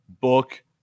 Book